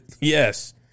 yes